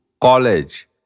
college